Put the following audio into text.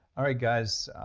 all right guys,